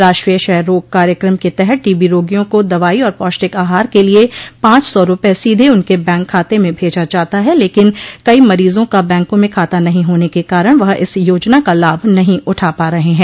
राष्ट्रीय क्षय रोग कार्यक्रम के तहत टीबी रोगियों को दवाई और पौष्टिक आहार के लिये पांच सौ रूपये सीधे उनके बैंक खाते में भेजा जाता है लेकिन कई मरीजों का बैंकों में खाता नहीं होने के कारण वह इस योजना का लाभ नहीं उठा पा रहे हैं